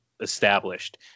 established